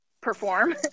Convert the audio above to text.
perform